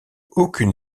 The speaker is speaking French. aucune